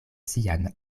sian